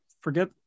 forget